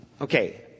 Okay